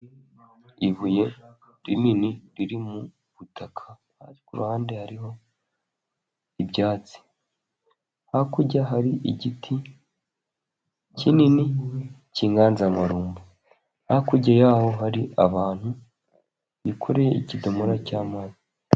Ibuye rinini riri mu butaka ,ku ruhande hariho ibyatsi. Hakurya hari igiti kinini cy'inganzamarumbu. Hakurya y'aho hari abantu bikoreye ibidomora by'amazi.